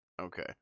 Okay